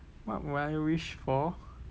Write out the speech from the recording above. what will I wish for